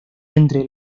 entre